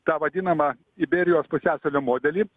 tą vadinamą iberijos pusiasalio modelį